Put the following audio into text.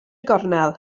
gornel